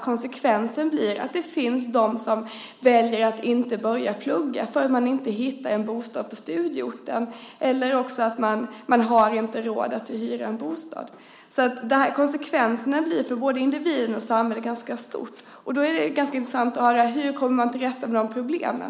Konsekvensen blir att det finns de som väljer att inte börja plugga därför att de inte hittar en bostad på studieorten eller inte har råd att hyra en bostad. Konsekvenserna blir alltså ganska stora för både individen och samhället. Därför vore det ganska intressant att höra hur man vill komma till rätta med de problemen.